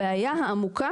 הבעיה העמוקה,